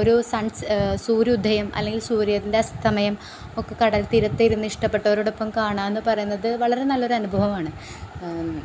ഒരു സൺസേ സൂര്യ ഉദയം അല്ലെങ്കിൽ സൂര്യൻ്റെ അസ്തമയം ഒക്കെ കടൽ തീരത്തിരുന്ന് ഇഷ്ടപ്പെട്ടവരോടൊപ്പം കാണാമെന്ന് പറയുന്നത് വളരെ നല്ല ഒരു അനുഭവമാണ്